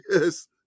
yes